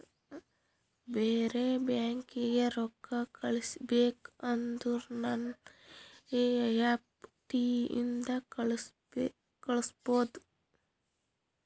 ಬೇರೆ ಬ್ಯಾಂಕೀಗಿ ರೊಕ್ಕಾ ಕಳಸ್ಬೇಕ್ ಅಂದುರ್ ಎನ್ ಈ ಎಫ್ ಟಿ ಇಂದ ಕಳುಸ್ಬೋದು